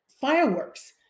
fireworks